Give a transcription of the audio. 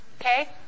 Okay